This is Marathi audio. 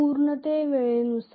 झटपट ते झटपट